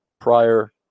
prior